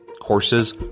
Courses